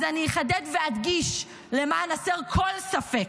אז אני אחדד ואדגיש, למען הסר כל ספק: